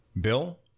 Bill